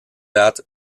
that